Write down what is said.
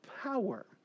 power